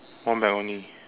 one bag only